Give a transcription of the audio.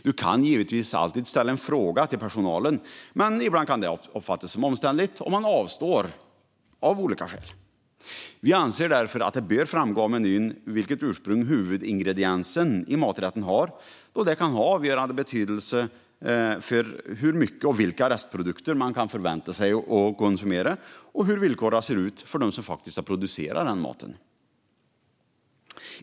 Du kan givetvis alltid ställa en fråga till personalen, men ibland kan det uppfattas som omständligt och du avstår av olika skäl. Vi anser därför att det bör framgå av menyn vilket ursprung huvudingrediensen i maträtten har, och det kan ha avgörande betydelse för hur mycket och vilka restprodukter du kan förväntas konsumera och hur villkoren ser ut för dem som faktiskt har producerat maten.